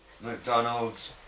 McDonald's